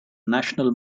national